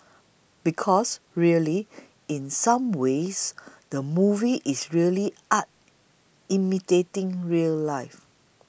because really in some ways the movie is really art imitating real life